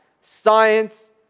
Science